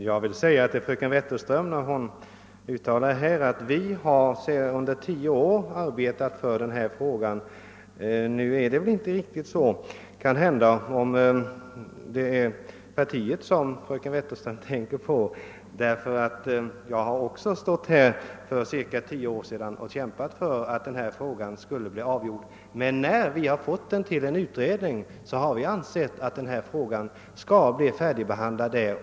Herr talman! Fröken Wetterström uttalade här något om att »vi har under tio år arbetat för den här frågan«. Nu är det väl inte riktigt på det sättet, om det är partiet som fröken Wetterström tänker på men jag har också stått här för cirka tio år sedan och kämpat för att denna fråga skulle bli avgjord. Men när en utredning nu har fått ta hand om frågan anser jag att den skall färdigbehandlas där.